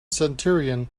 centurion